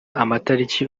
amatariki